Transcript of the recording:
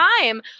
time